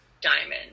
diamond